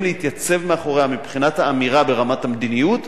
להתייצב מאחוריה מבחינת האמירה ברמת המדיניות,